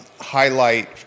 highlight